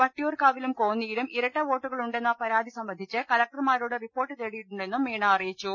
വട്ടിയൂർകാവിലും കോന്നിയിലും ഇരട്ട വോട്ടുകൾ ഉണ്ടെന്ന പരാതി സംബന്ധിച്ച് കലക്ടർമാരോട് റിപ്പോർട്ട് തേടിയിട്ടുണ്ടെന്നും മീണ അറിയിച്ചു